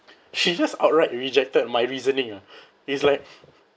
she just outright rejected my reasoning ah is like